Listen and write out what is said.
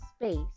space